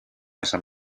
esan